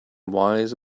wise